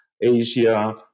Asia